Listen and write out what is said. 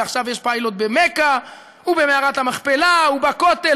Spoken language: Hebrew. ועכשיו יש פיילוט במכה ובמערת המכפלה ובכותל,